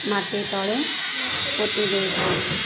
ମାଟି ତଳେ ପୋତିଦେଉଥାଉ